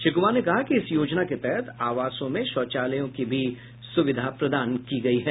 श्री कुमार ने कहा कि इस योजना के तहत आवासों में शौचालयों की भी सुविधा प्रदान की गयी है